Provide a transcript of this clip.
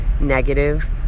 negative